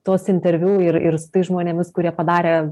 tuos interviu ir ir su tais žmonėmis kurie padarė